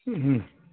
હા હા